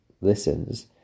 listens